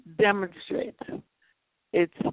demonstrate—it's